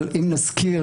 אבל אם נזכיר,